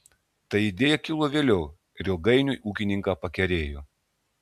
ta idėja kilo vėliau ir ilgainiui ūkininką pakerėjo